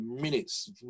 minutes